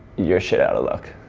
you're shit out of luck.